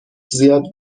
زیاد